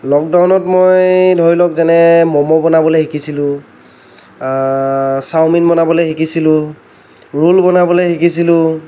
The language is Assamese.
লকডাউনত মই ধৰি লওঁক যেনে ম'ম' বনাবলৈ শিকিছিলোঁ চাওমিন বনাবলৈ শিকিছিলোঁ ৰোল বনাবলৈ শিকিছিলোঁ